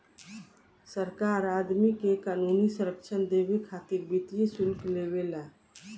सरकार आदमी के क़ानूनी संरक्षण देबे खातिर वित्तीय शुल्क लेवे ला